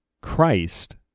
Christ